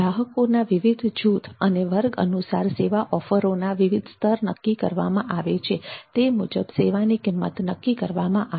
ગ્રાહકોના વિવિધ જૂથ અથવા વર્ગ અનુસાર સેવા ઓફરોના વિવિધ સ્તર નક્કી કરવામાં આવે છે અને તે મુજબ સેવાની કિંમત નક્કી કરવામાં આવે છે